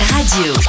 Radio